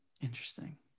Interesting